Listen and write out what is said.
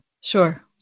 Sure